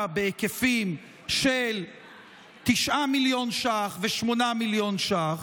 בהיקפים של 9 מיליון שקלים ו-8 מיליון שקלים,